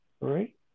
right